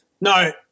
No